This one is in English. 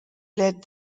led